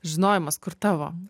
žinojimas kur tavo